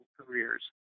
careers